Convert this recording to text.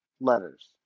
letters